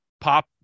pop